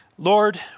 Lord